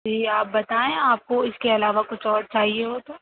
جی آپ بتائیں آپ کو اِس کے علاوہ کچھ اور چاہیے ہو تو